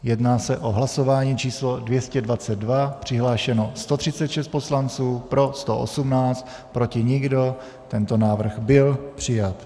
Jedná se o hlasování číslo 222, přihlášeno 136 poslanců, pro 118, proti nikdo, tento návrh byl přijat.